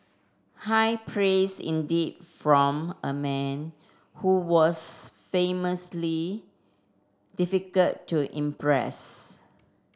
high praise indeed from a man who was famously difficult to impress